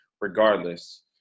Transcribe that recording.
Regardless